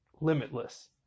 limitless